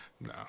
No